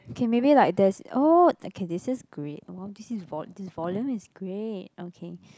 okay maybe like there's oh okay this is great this is vol~ this volume is great okay